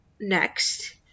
next